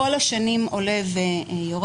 מיידע, לאורך כל השנים זה עולה או יורד.